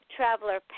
Traveler